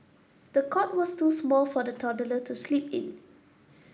the cot was too small for the toddler to sleep in